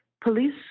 Police